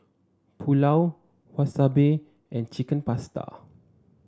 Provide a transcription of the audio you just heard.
Pulao Wasabi and Chicken Pasta